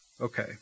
Okay